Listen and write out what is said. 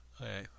Okay